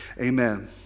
Amen